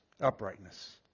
uprightness